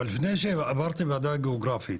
אבל, לפני שעברתי ועדה גיאוגרפית